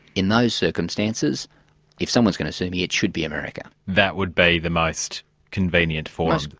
in those circumstances if someone's going to sue me, it should be america. that would be the most convenient forum?